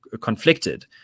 conflicted